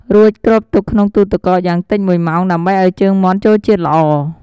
រួចគ្របទុកក្នុងទូទឹកកកយ៉ាងតិច ១ ម៉ោង ដើម្បីឱ្យជើងមាន់ចូលជាតិល្អ។